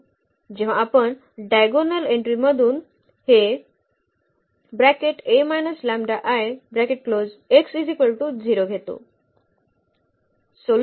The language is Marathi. जेव्हा आपण डायगोनल एंटीजमधून हे घेतो